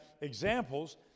examples